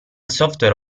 software